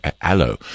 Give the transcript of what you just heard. aloe